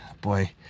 boy